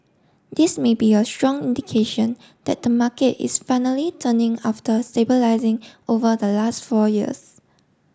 this may be a strong indication that the market is finally turning after stabilising over the last four years